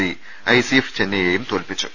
C I C F ചെന്നൈയേയും തോൽപിച്ചു